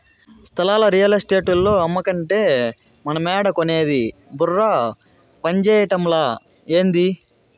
స్థలాలు రియల్ ఎస్టేటోల్లు అమ్మకంటే మనమేడ కొనేది బుర్ర పంజేయటమలా, ఏంది